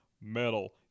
Metal